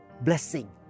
blessing